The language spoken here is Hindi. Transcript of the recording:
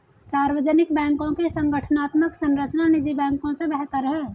सार्वजनिक बैंकों की संगठनात्मक संरचना निजी बैंकों से बेहतर है